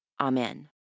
Amen